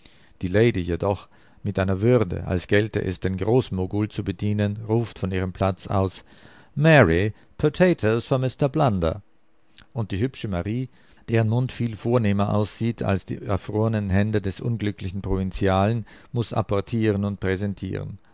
die lady jedoch mit einer würde als gälte es den großmogul zu bedienen ruft von ihrem platz aus mary potatoes for mr blunder und die hübsche marie deren mund viel vornehmer aussieht als die erfrornen hände des unglücklichen provinzialen muß apportieren und präsentieren